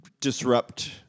disrupt